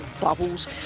bubbles